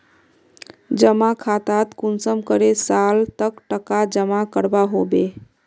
जमा खातात कुंसम करे साल तक टका जमा करवा होबे?